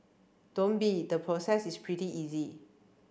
don't be the process is pretty easy